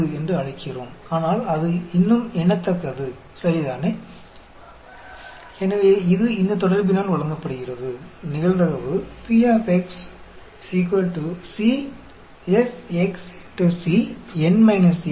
जब मैं छोटे n का सैंपल आकार लेती हूं तब मेरी x सफलताओं की संख्या है जबकि कैपिटल N की जनसंख्या में कैपिटल S आपको सफलताओं की संभावित संख्या प्रदान करता है क्या आप समझे